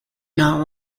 not